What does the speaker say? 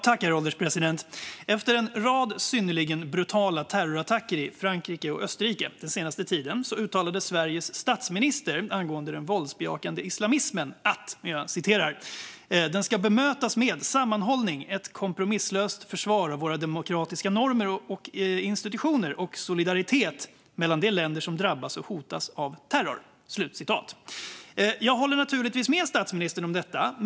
Herr ålderspresident! Efter en rad synnerligen brutala terrorattacker i Frankrike och Österrike den senaste tiden uttalade Sveriges statsminister angående den våldsbejakande islamismen att den "ska mötas genom sammanhållning, ett kompromisslöst försvar för våra demokratiska normer och institutioner och solidaritet mellan de länder som drabbas och hotas av terror". Jag håller naturligtvis med statsministern om detta.